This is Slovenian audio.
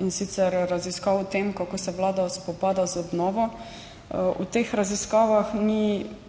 in sicer raziskav o tem, kako se Vlada spopada z obnovo. V teh raziskavah ni